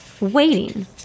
waiting